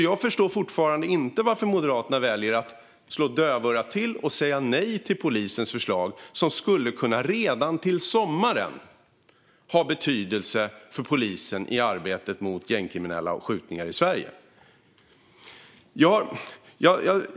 Jag förstår fortfarande inte varför Moderaterna väljer att slå dövörat till och säga nej till polisens förslag, som redan till sommaren skulle kunna ha betydelse för polisens arbete mot gängkriminella och skjutningar i Sverige.